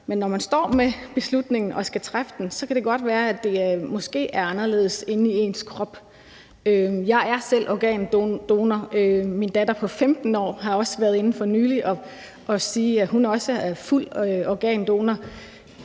Men når man står med beslutningen og skal træffe den, kan det godt være, at det måske er anderledes inde i ens krop. Jeg er selv organdonor. Min datter på 15 år har også været inde for nylig og sige, at hun også er fuld organdonor,